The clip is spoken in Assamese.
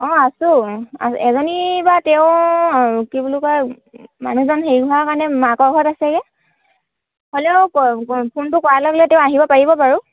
অঁ আছোঁ এজনী বা তেওঁ কি বুলি কয় মানুহজন হেৰি হোৱাৰ কাৰণে মাকৰ ঘৰত আছেগৈ হ'লেও ফোনটো কৰা লগেলগে তেওঁ আহিব পাৰিব বাৰু